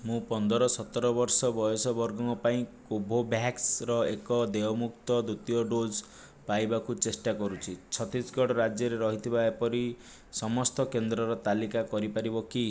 ମୁଁ ପନ୍ଦର ସତର ବର୍ଷ ବୟସ ବର୍ଗଙ୍କ ପାଇଁ କୋଭୋଭ୍ୟାକ୍ସର ଏକ ଦେୟମୁକ୍ତ ଦ୍ୱିତୀୟ ଡ଼ୋଜ୍ ପାଇବାକୁ ଚେଷ୍ଟା କରୁଛି ଛତିଶଗଡ଼ ରାଜ୍ୟରେ ରହିଥିବା ଏପରି ସମସ୍ତ କେନ୍ଦ୍ରର ତାଲିକା କରିପାରିବ କି